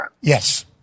Yes